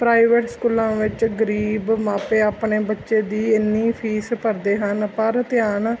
private ਸਕੂਲਾਂ ਵਿੱਚ ਗਰੀਬ ਮਾਪੇ ਆਪਣੇ ਬੱਚੇ ਦੀ ਇੰਨੀ ਫੀਸ ਭਰਦੇ ਹਨ ਪਰ ਧਿਆਨ